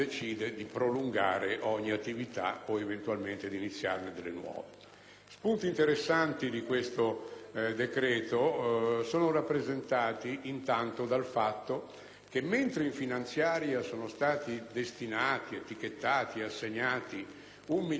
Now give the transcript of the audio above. spunti interessanti di questo decreto sono rappresentati innanzi tutto dal fatto che, mentre in finanziaria è stato assegnato un miliardo di euro per la copertura delle operazioni per l'intero anno,